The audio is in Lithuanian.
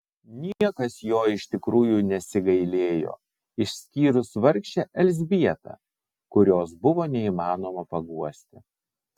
niekas jo iš tikrųjų nesigailėjo išskyrus vargšę elzbietą kurios buvo neįmanoma paguosti